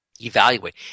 Evaluate